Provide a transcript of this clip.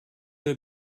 have